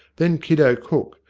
then kiddo cook,